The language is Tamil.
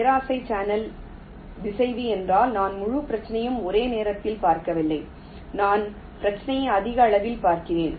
பேராசை சேனல் திசைவி என்றால் நான் முழு பிரச்சனையையும் ஒரே நேரத்தில் பார்க்கவில்லை நான் பிரச்சினையை அதிக அளவில் பார்க்கிறேன்